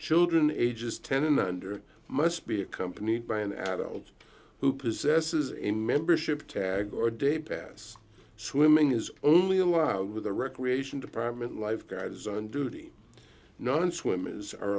children ages ten and under must be accompanied by an adult who possesses a membership tag or day pass swimming is only allowed with the recreation department lifeguards on duty non swimmers are